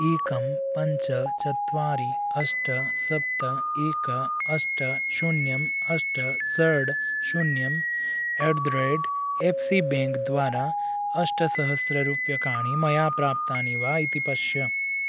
एकं पञ्च चत्वारि अष्ट सप्त एकं अष्ट शून्यम् अष्ट षट् शून्यम् एट् द रेट् एप् सी बेङ्क् द्वारा अष्टसहस्ररूप्यकाणि मया प्राप्तानि वा इति पश्य